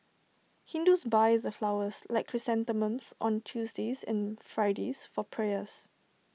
Hindus buy the flowers like chrysanthemums on Tuesdays and Fridays for prayers